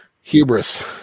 Hubris